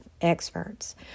experts